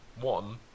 One